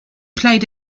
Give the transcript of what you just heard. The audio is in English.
played